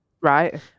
Right